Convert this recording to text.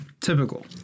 Typical